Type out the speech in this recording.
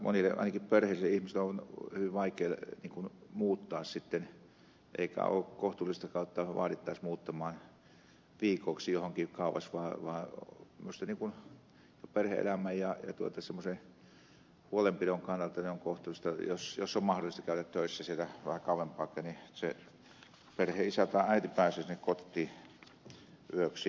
monille ainakin perheelliselle ihmiselle on hyvin vaikea muuttaa sitten eikä ole kohtuullistakaan jotta vaadittaisiin muuttamaan viikoksi johonkin kauas vaan minusta perhe elämän ja semmoisen huolenpidon kannalta on kohtuullista jos on mahdollista käydä töissä sieltä vähän kauempaakin ja se perheenisä tai äiti pääsisi sinne kotiin yöksi